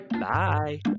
Bye